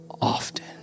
often